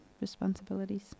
responsibilities